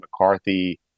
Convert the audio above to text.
McCarthy